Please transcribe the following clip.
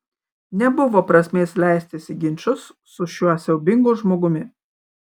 nebuvo prasmės leistis į ginčus su šiuo siaubingu žmogumi